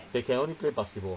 they can only play basketball